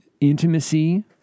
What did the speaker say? intimacy